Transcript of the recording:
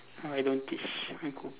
I don't teach micro